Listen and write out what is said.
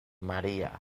maria